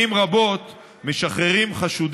החוק.